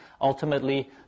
Ultimately